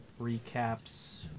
recaps